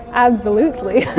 absolutely!